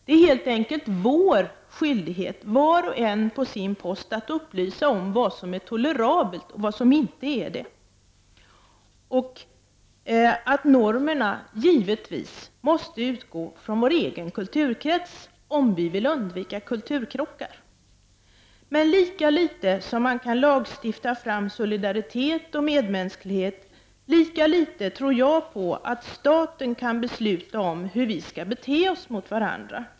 Det är helt enkelt vår skyldighet att vi, var och en på sin post, upplyser om vad som är tolerabelt och vad som inte är det. Normerna måste givetvis utgå från vår egen kulturkrets om vi vill undvika kulturkrockar. Men lika litet som man kan lagstifta fram solidaritet och medmänsklighet, lika litet tror jag på att staten kan besluta om hur vi skall bete oss mot varandra.